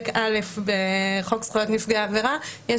אני